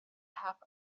half